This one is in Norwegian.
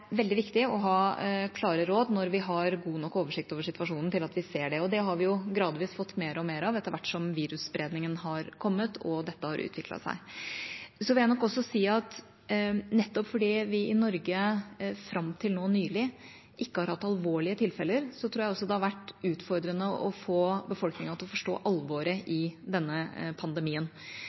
veldig viktig å ha klare råd når vi har god nok oversikt over situasjonen til at vi ser det. Det har vi gradvis fått mer og mer etter hvert som virusspredningen har kommet og dette har utviklet seg. Så vil jeg nok også si at nettopp fordi vi i Norge fram til nå nylig ikke har hatt noen alvorlige tilfeller, har det vært utfordrende å få befolkningen til å forstå alvoret i denne pandemien.